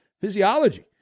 physiology